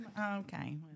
Okay